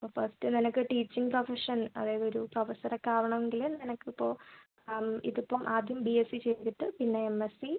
അപ്പോൾ ഫസ്റ്റ് നിനക്ക് teaching profession അതായത് ഒരു പ്രൊഫസർ ഒക്കെ ആകണമെങ്കിൽ നിനക്ക് ഇപ്പോൾ ഇത് ഇപ്പം ആദ്യം ബി എസ് സി ചെയ്തിട്ട് പിന്നെ എം എസ് സി